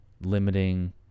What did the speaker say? limiting